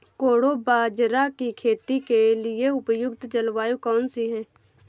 कोडो बाजरा की खेती के लिए उपयुक्त जलवायु कौन सी है?